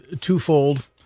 twofold